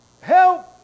help